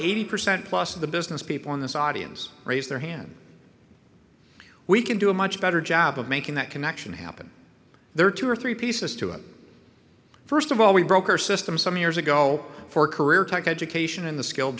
eighty percent plus of the business people in this audience raise their hand we can do a much better job of making that connection happen there are two or three pieces to it first of all we broke our system some years ago for career tech education in the skilled